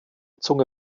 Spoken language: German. zunge